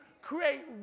create